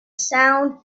sound